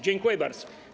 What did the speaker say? Dziękuję bardzo.